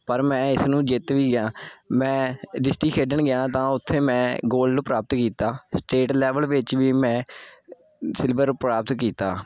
ਪਰ ਮੈਂ ਇਸ ਨੂੰ ਜਿੱਤ ਵੀ ਗਿਆ ਮੈਂ ਡਿਸਟਿਕ ਖੇਡਣ ਗਿਆ ਤਾਂ ਉੱਥੇ ਮੈਂ ਗੋਲਡ ਪ੍ਰਾਪਤ ਕੀਤਾ ਸਟੇਟ ਲੈਵਲ ਵਿੱਚ ਵੀ ਮੈਂ ਸਿਲਵਰ ਪ੍ਰਾਪਤ ਕੀਤਾ